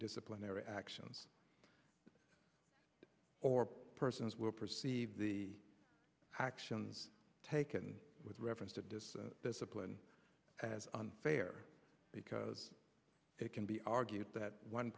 disciplinary actions or persons will perceive the actions taken with reference to dis discipline as unfair because it can be argued that one